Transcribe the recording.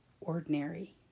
ordinary